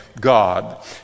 God